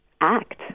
act